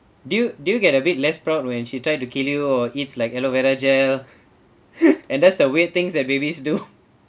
do you do you get a bit less proud when she tried to kill you or eats like aloe vera gel and does the weird things that babies do